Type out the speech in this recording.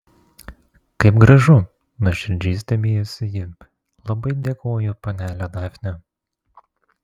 kaip gražu nuoširdžiai stebėjosi ji labai dėkoju panele dafne